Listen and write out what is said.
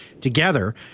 together